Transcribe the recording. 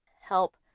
help